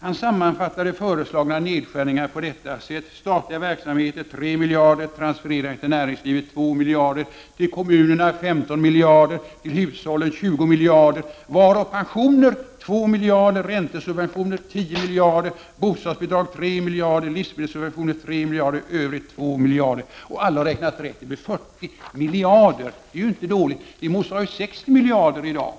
Han sammanfattade de föreslagna nedskärningarna på detta sätt: statliga verksamheter 3 miljarder kronor, transfereringar till näringslivet 2 miljarder, till kommunerna 15 miljarder, till hushållen 20 miljarder varav pensioner 2 miljarder, räntesubventioner 10 miljarder, bostadsbidrag 3 miljarder, livsmedelssubventioner 3 miljarder och övrigt 2 miljarder. Alla har räknat rätt: det blir 40 miljarder, och det är ju inte dåligt. Det motsvarar 60 miljarder i dag,